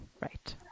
right